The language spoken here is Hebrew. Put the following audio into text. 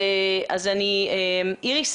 איריס